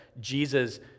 Jesus